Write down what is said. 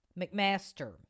McMaster